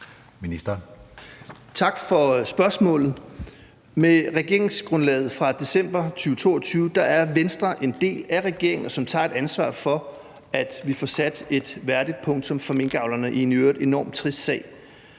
Tak for spørgsmålet. Med regeringsgrundlaget fra december 2022 er Venstre en del af den regering, som tager et ansvar for, at vi får sat et værdigt punktum for minkavlerne i en i øvrigt enormt trist sag.